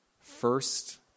first